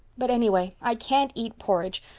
but anyway, i can't eat porridge.